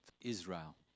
israel